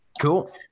Cool